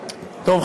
בבקשה.